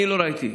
אני לא ראיתי,